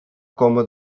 coma